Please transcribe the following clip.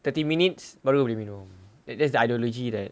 thirty minutes baru jer minum that that's the ideology that